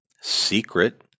secret